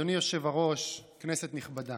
אדוני היושב-ראש, כנסת נכבדה,